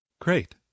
great